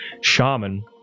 shaman